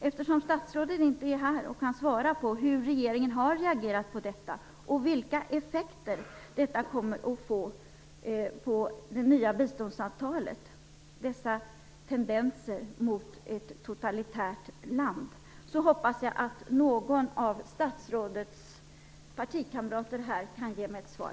Eftersom statsrådet inte är här för att svara på hur regeringen har reagerat och på vilka effekter dessa tendenser mot ett totalitärt land kommer att få för det nya biståndsavtalet, hoppas jag att någon av statsrådets partikamrater kan ge mig ett svar.